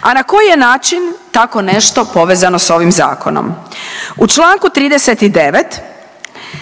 A na koji je način tako nešto povezano sa ovim zakonom? U Članku 39.